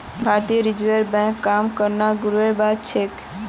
भारतीय रिजर्व बैंकत काम करना गर्वेर बात छेक